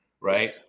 right